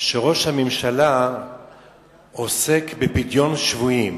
שראש הממשלה עוסק בפדיון שבויים,